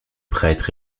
prêtre